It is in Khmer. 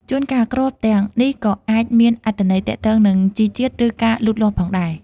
ជួនកាល គ្រាប់ទាំងនេះក៏អាចមានអត្ថន័យទាក់ទងនឹងជីជាតិ ឬការលូតលាស់ផងដែរ។